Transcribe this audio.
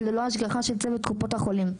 וללא השגחה של צוות קופת החולים.